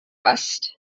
west